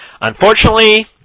unfortunately